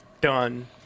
done